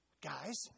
guys